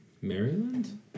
Maryland